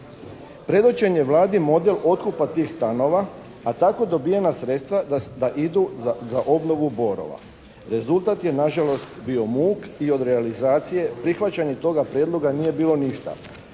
Predočen je Vladin model otkupa tih stanova a tako dobijena sredstva da idu za obnovu "Borova" Rezultat je nažalost bio muk i od realizacije prihvaćanja tog prijedloga nije bilo ništa.